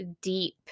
deep